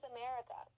America